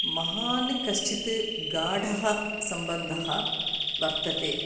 महान् कश्चित् गाढः सम्बन्धः वर्तते